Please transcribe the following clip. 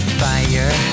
fire